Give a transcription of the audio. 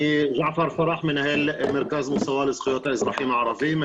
אני מנהל מרכז מוסאווה לזכויות האזרחים הערבים.